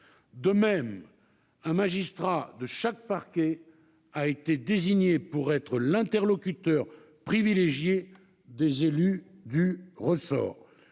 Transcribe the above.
De même, un magistrat de chaque parquet a été désigné pour être l'interlocuteur privilégié des élus du ressort.